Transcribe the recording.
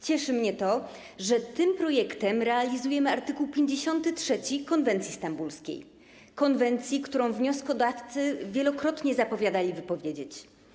Cieszy mnie to, że tym projektem realizujemy art. 53 konwencji stambulskiej, konwencji, którą wnioskodawcy wielokrotnie zapowiadali wypowiedzieć.